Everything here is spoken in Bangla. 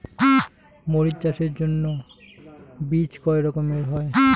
মরিচ চাষের জন্য বীজ কয় রকমের হয়?